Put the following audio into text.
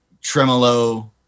tremolo